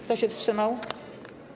Kto się wstrzymał?